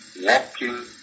walking